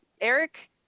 Eric